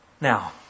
Now